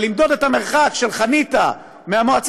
אבל למדוד את המרחק של חניתה מהמועצה,